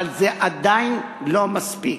אבל זה עדיין לא מספיק.